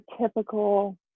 typical